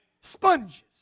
Sponges